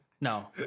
No